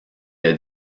est